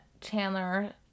Chandler